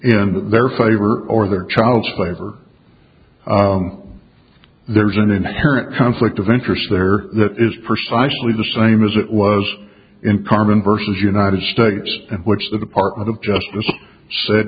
in their favor or their child slave or there's an inherent conflict of interest there that is precisely the same as it was in carmen versus united states in which the department of justice said